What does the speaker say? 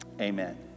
amen